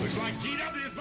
like g w